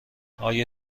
آیا